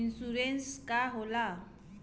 Insurance बीमा का होला?